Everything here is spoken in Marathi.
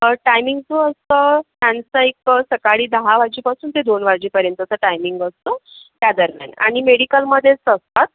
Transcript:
टायमिंगचं असतं त्यांचं एक सकाळी दहा वाजेपासून ते दोन वाजेपर्यंतच टायमिंग असतं त्या दरम्यान आणि मेडिकलमध्येच असतात